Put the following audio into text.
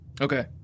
okay